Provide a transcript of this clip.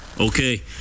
okay